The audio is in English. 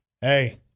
Hey